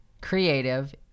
creative